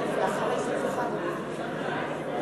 ההסתייגות הראשונה של קבוצת סיעת מרצ